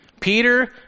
peter